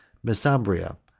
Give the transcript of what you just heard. mesembria,